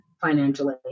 financially